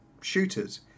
shooters